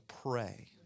pray